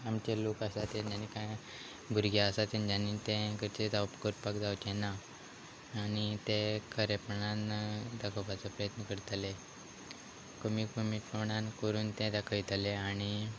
आमचे लोक आसा तेंच्यानी कांय भुरगे आसा तेंच्यानी ते जावप करपाक जावचें ना आनी ते खरेपणान दाखोवपाचो प्रयत्न करतले कमी कमी प्रणान करून तें दाखयतले आनी